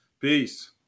Peace